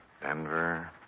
Denver